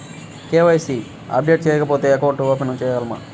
KYC updation చేయకపోతే account open చేయలేమా?